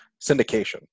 syndication